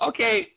Okay